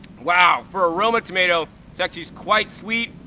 wow! for a roma tomato, it's actually quite sweet,